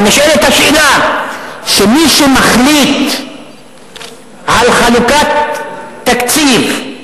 אבל נשאלת השאלה לגבי מי שמחליט על חלוקת תקציב,